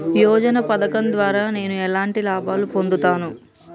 యోజన పథకం ద్వారా నేను ఎలాంటి లాభాలు పొందుతాను?